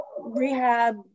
rehab